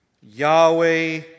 Yahweh